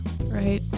Right